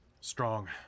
strong